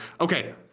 okay